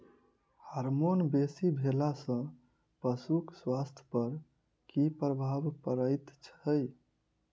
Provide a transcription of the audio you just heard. Hormone बेसी भेला सॅ पशुक स्वास्थ्य पर की प्रभाव पड़ैत छै?